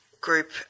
group